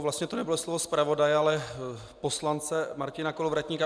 Vlastně to nebude slovo zpravodaje, ale poslance Martina Kolovratníka.